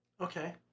Okay